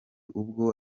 ubwo